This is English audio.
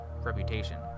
reputation